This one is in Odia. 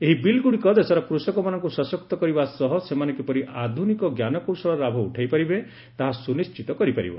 ଏହି ବିଲ୍ଗୁଡିକ ଦେଶର କୁଷକମାନଙ୍କୁ ସଶକ୍ତ କରିବା ସହ ସେମାନେ କିପରି ଆଧୁନିକ ଜ୍ଞାନକୌଶଳର ଲାଭ ଉଠାଇପାରିବେ ତାହା ସୁନିଶ୍ଚିତ କରିପାରିବ